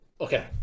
okay